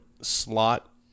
slot